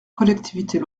collectivités